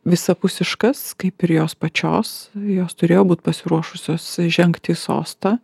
visapusiškas kaip ir jos pačios jos turėjo būt pasiruošusios žengti į sostą